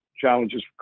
challenges